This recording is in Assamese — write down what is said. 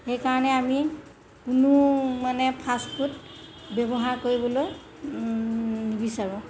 সেইকাৰণে আমি কোনো মানে ফাষ্ট ফুড ব্যৱহাৰ কৰিবলৈ নিবিচাৰোঁ